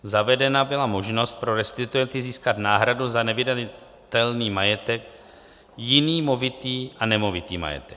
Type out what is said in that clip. Zavedena byla možnost pro restituenty získat náhradu za nevydatelný majetek jiný movitý a nemovitý majetek.